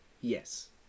Yes